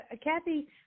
Kathy